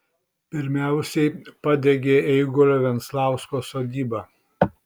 pirmiausiai padegė eigulio venslausko sodybą